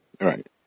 Right